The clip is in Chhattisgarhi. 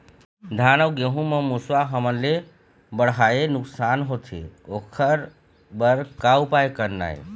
धान अउ गेहूं म मुसवा हमन ले बड़हाए नुकसान होथे ओकर बर का उपाय करना ये?